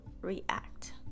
react